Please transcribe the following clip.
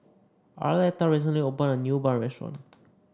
Arletta recently opened a new bun restaurant